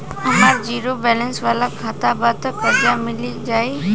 हमार zero balance वाला खाता बा त कर्जा मिल जायी?